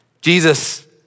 Jesus